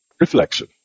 Reflection